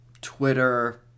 Twitter